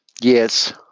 Yes